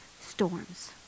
storms